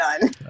done